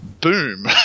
boom